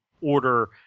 order